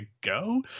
go